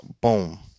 boom